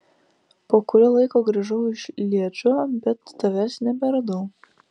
po kurio laiko grįžau iš lježo bet tavęs neberadau